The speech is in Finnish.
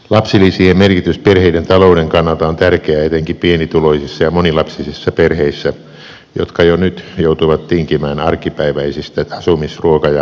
lapsilisien merkitys perheiden talouden kannalta on tärkeää etenkin pienituloisissa ja monilapsisissa perheissä jotka jo nyt joutuvat tinkimään arkipäiväisistä asumis ruoka ja harrastusmenoistaan